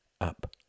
up